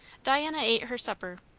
diana ate her supper.